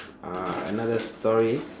uh another stories